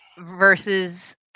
versus